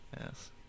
yes